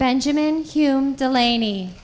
benjamin hume delaney